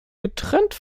getrennt